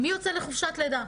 מי יוצא לחופשת לידה.